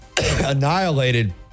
annihilated